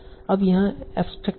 अब यहां एब्सट्राक्टिंग है